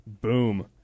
Boom